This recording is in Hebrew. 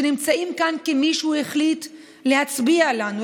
שנמצאים כאן כי מישהו החליט להצביע לנו,